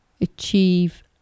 achieve